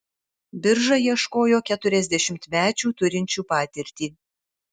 birža ieškojo keturiasdešimtmečių turinčių patirtį